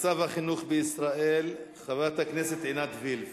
מצב החינוך בישראל, חברת הכנסת עינת וילף.